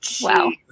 Wow